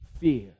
fear